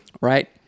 Right